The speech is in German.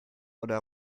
oder